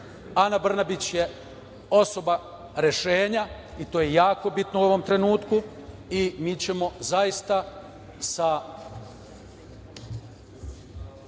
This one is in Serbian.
Ana Brnabić je osoba rešenja i to je jako bitno u ovom trenutku i mi ćemo zaista sa